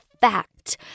fact